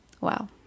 wow